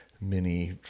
mini